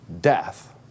death